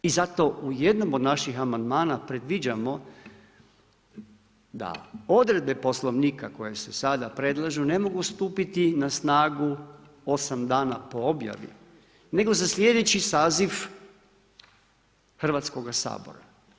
I zato u jednom od našim amandmana predviđamo da odredbe Poslovnika koje se sada predlažu ne mogu stupiti na snagu 8 dana po objavi nego za slijedeći saziv Hrvatskoga sabora.